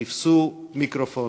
תפסו מיקרופון,